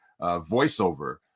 voiceover